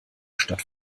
statt